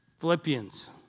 Philippians